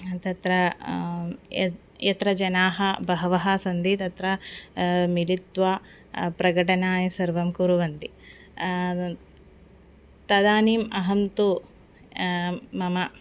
तत्र यत् यत्र जनाः बहवः सन्ति तत्र मिलित्वा प्रकटनाय सर्वं कुर्वन्ति तदानीम् अहं तु मम